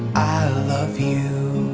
love you